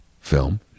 film